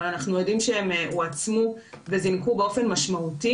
ואנחנו יודעים שהם הועצמו וזינקו באופן משמעותי